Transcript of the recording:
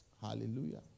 Hallelujah